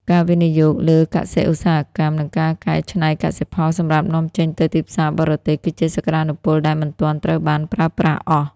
ការវិនិយោគលើកសិ-ឧស្សាហកម្ម និងការកែច្នៃកសិផលសម្រាប់នាំចេញទៅទីផ្សារបរទេស គឺជាសក្ដានុពលដែលមិនទាន់ត្រូវបានប្រើប្រាស់អស់។